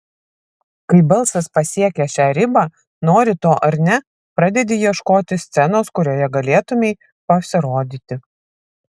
kai balsas pasiekia šią ribą nori to ar ne pradedi ieškoti scenos kurioje galėtumei pasirodyti